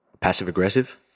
Passive-aggressive